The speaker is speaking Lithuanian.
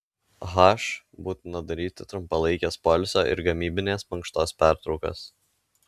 h būtina daryti trumpalaikes poilsio ir gamybinės mankštos pertraukas